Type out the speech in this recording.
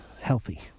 healthy